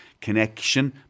connection